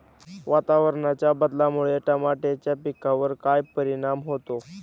वातावरणाच्या बदलामुळे टमाट्याच्या पिकावर काय परिणाम होतो?